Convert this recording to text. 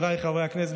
חבריי חברי הכנסת,